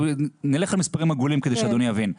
נלך על מספרים עגולים כדי שאדוני יבין.